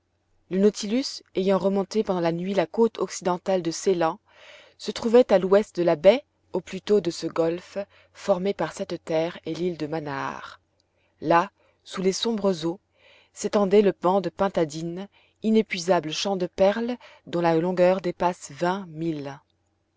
le nautilus ayant remonté pendant la nuit la côte occidentale de ceylan se trouvait à l'ouest de la baie ou plutôt de ce golfe formé par cette terre et l'île de manaar là sous les sombres eaux s'étendait le banc de pintadines inépuisable champ de perles dont la longueur dépasse vingt milles